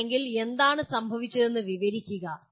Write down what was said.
അല്ലെങ്കിൽ എന്താണ് സംഭവിച്ചതെന്ന് വിവരിക്കുക